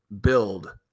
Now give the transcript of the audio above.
build